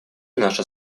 наша